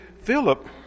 Philip